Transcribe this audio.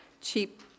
cheap